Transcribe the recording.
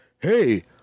hey